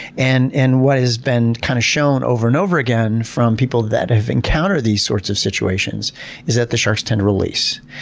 and and what has been kind of shown over and over again from people that have encountered these sorts of situations is that the sharks tend to release.